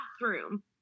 bathroom